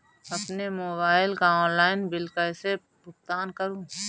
अपने मोबाइल का online bill कैसे भुगतान करूं?